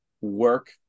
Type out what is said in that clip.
work